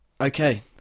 okay